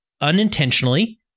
unintentionally